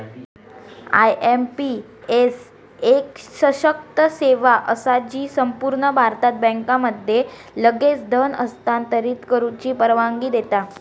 IMPS एक सशक्त सेवा असा जी संपूर्ण भारतात बँकांमध्ये लगेच धन हस्तांतरित करुची परवानगी देता